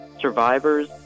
survivors